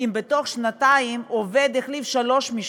אם בתוך שנתיים עובד החליף שלוש משפחות.